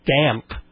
Damp